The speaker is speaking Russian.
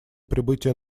прибытия